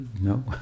no